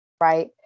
right